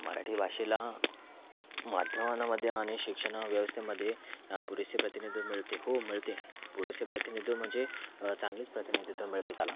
मराठी भाषेला माध्यमांमध्ये आणि शिक्षण व्यवस्थेमध्ये पुरेसे प्रतिनिधी मिळते हो मिळते पुरेसे प्रतिनिधी म्हणजे चांगलेच प्रतिनिधित्व मिळते त्याला